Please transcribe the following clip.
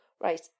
right